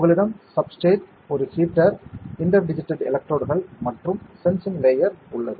உங்களிடம் சப்ஸ்ட்ரேட் ஒரு heater interdigitated எலக்ட்ரோடுகள் மற்றும் சென்சிங் லேயர் உள்ளது